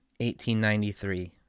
1893